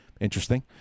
interesting